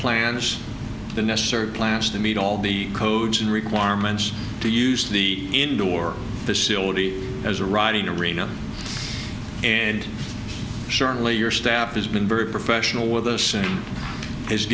plans the necessary plans to meet all the codes and requirements to use the indoor facility as a riding arena and surely your staff has been very professional with us and